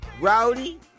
Rowdy